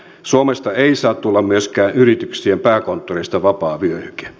suomesta ei saa tulla myöskään yrityksien pääkonttoreista vapaa vyöhyke